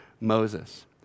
Moses